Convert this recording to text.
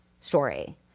story